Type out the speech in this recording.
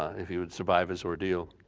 if he would survive as ordeal.